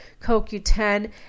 CoQ10